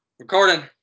recording